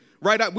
right